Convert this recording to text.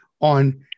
on